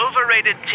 overrated